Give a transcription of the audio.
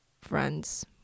friends